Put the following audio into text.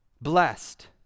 blessed